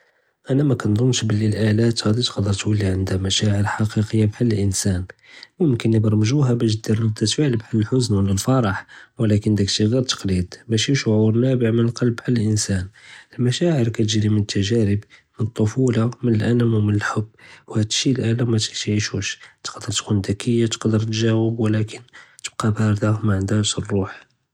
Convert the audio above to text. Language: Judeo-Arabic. אני מכנזנש בלי אלאת גדי תולי ענדהא משاعر חכיקיה בחאל אלאנסן, מוכנ יברמגוהא באש דיר רדת אפעל בחאל אלחזנ ואלפרח ולקין הדשי ג׳יר תקליד, משי שעור נאבע מן אללב בחאל אלאנסן, אלמשاعر כתג'י מן אלתגארב מן אלטפולה מן אלאלם מן אלחב, ואלדשי אלאתי מתעישוש, תגדר tkun דכיה תגדר תגאוב ולקין תבקה בארדה מענדהא ש الروح.